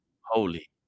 holy